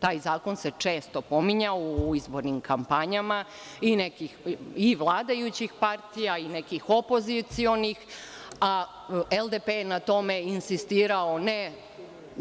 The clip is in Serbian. Taj zakon se često pominjao u izbornim kampanjama i vladajućih partija i nekih opozicionih, a LDP je na tome insistirao ne